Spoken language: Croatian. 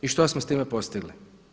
I što smo s time postigli?